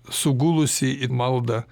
sugulusi į maldą